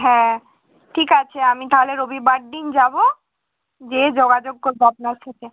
হ্যাঁ ঠিক আছে আমি তাহলে রবিবার দিন যাবো যেয়ে যোগাযোগ করবো আপনার সাথে